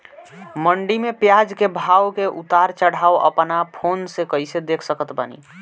मंडी मे प्याज के भाव के उतार चढ़ाव अपना फोन से कइसे देख सकत बानी?